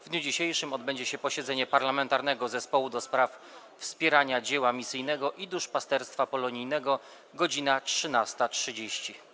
W dniu dzisiejszym odbędzie się posiedzenie Parlamentarnego Zespołu ds. Wspierania Dzieła Misyjnego i Duszpasterstwa Polonijnego - godz. 13.30.